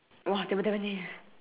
!wah! table tennis